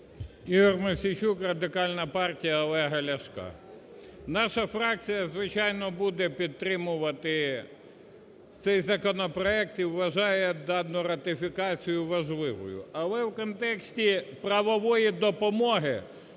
Ігор Мосійчук, Радикальна партія Олега Ляшка. Наша фракція, звичайно, буде підтримувати цей законопроект і вважає дану ратифікацію важливою. Але у контексті правової допомоги